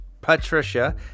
Patricia